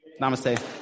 Namaste